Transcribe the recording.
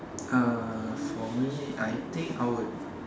uh for me I think I would